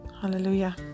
Hallelujah